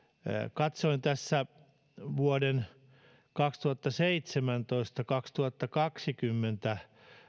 katsoin tässä vuosien kaksituhattaseitsemäntoista viiva kaksituhattakaksikymmentä